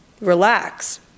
relax